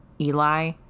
Eli